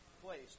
place